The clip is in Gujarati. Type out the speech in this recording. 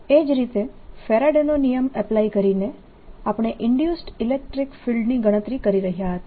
એ જ રીતે ફેરાડેનો નિયમ એપ્લાય કરીને આપણે ઇન્ડ્યુસ્ડ ઇલેક્ટ્રીક ફિલ્ડની ગણતરી કરી રહ્યા હતા